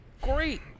great